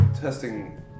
testing